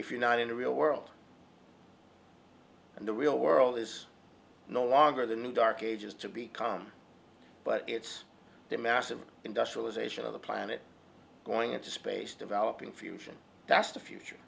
if you're not in the real world and the real world is no longer the new dark ages to become but it's a massive industrialization of the planet going into space developing fusion that's the future